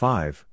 Five